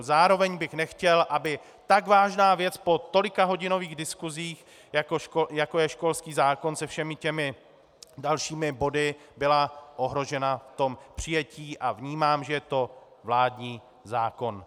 Zároveň bych nechtěl, aby tak vážná věc po tolikahodinových diskusích, jako je školský zákon se všemi těmi dalšími body, byla ohrožena v tom přijetí, a vnímám, že je to vládní zákon.